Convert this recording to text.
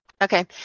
Okay